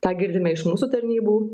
tą girdime iš mūsų tarnybų